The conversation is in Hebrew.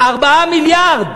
4 מיליארד.